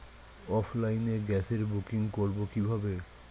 অফলাইনে গ্যাসের বুকিং করব কিভাবে?